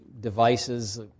devices